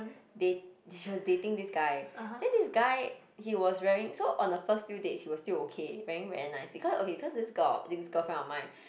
they she was dating this guy then this guy he was wearing so on the first few dates he was still okay wearing very nice because okay this girl friend of mine